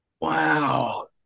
Wow